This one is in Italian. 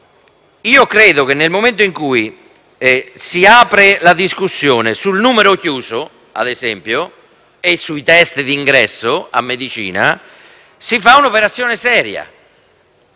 credo che nel momento in cui si apre la discussione sul numero chiuso, ad esempio, e sui *test* di ingresso alla facoltà di medicina si fa un'operazione seria;